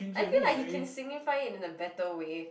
I feel like he can signify it in a better way